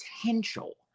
potential